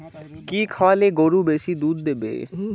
কি খাওয়ালে গরু বেশি দুধ দেবে?